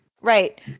right